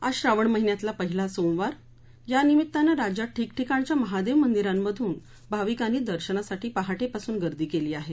आज श्रावण महिन्यातला पहिला सोमवार यानिमित्तानं राज्यात ठिकठिकाणच्या महादेव मंदिरांमधून भाविकांनी दर्शनासाठी पहाटेपासून गर्दी केली आहे